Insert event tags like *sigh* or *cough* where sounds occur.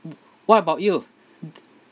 *noise* what about you *noise*